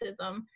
racism